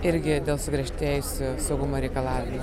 irgi dėl sugriežtėjusių saugumo reikalavimų